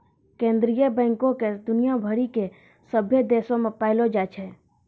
केन्द्रीय बैंको के दुनिया भरि के सभ्भे देशो मे पायलो जाय छै